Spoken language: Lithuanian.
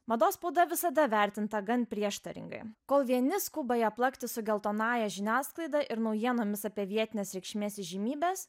mados spauda visada vertinta gan prieštaringai kol vieni skuba ją plakti su geltonąja žiniasklaida ir naujienomis apie vietinės reikšmės įžymybes